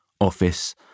office